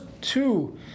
two